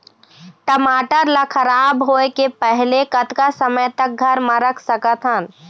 टमाटर ला खराब होय के पहले कतका समय तक घर मे रख सकत हन?